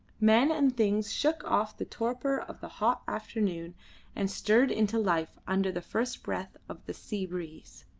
men and things shook off the torpor of the hot afternoon and stirred into life under the first breath of the sea breeze.